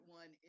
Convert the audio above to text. one